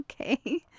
Okay